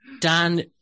Dan